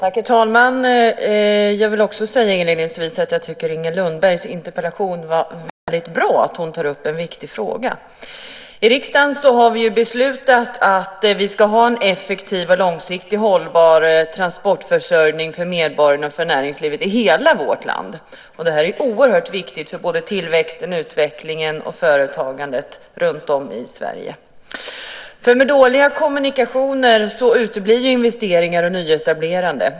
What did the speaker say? Herr talman! Jag vill också inledningsvis säga att jag tycker att Inger Lundbergs interpellation är bra. Hon tar upp en viktig fråga. I riksdagen har vi beslutat att vi ska ha en effektiv och långsiktigt hållbar transportförsörjning för medborgarna och för näringslivet i hela vårt land. Det är oerhört viktigt för tillväxten, utvecklingen och företagandet runtom i Sverige. Med dåliga kommunikationer uteblir investeringar och nyetablerande.